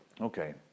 Okay